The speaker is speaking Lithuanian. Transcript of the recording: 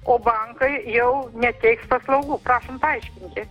o bankai jau neteiks paslaugų prašom paaiškinti